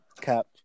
Cap